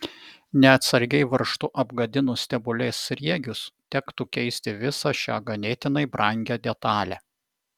neatsargiai varžtu apgadinus stebulės sriegius tektų keisti visą šią ganėtinai brangią detalę